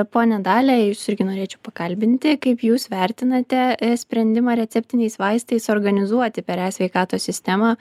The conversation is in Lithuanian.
ponia dalia jus irgi norėčiau pakalbinti kaip jūs vertinate sprendimą receptiniais vaistais organizuoti per e sveikatos sistemą